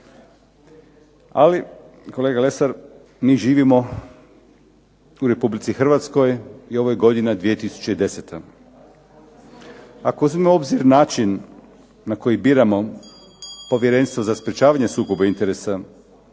Ali kolega Lesar mi živimo u RH i ovo je godina 2010. Ako uzmemo u obzir način na koji biramo Povjerenstvo za sprečavanje sukoba interesa,